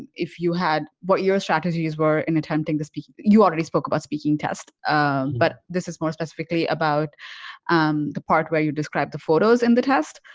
if you had what your strategies were in attempting to speak you already spoke about speaking test but this is more specifically about um the part where you describe the photos in the test